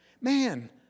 Man